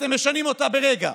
אתם משנים אותה ברגע.